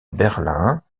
berlin